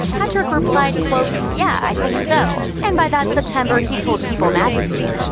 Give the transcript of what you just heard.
patrick replied quote, yeah, i think so. and by that september he told people magazine,